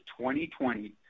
2020